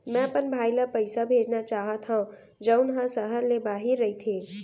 मै अपन भाई ला पइसा भेजना चाहत हव जऊन हा सहर ले बाहिर रहीथे